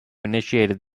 initiated